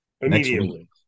Immediately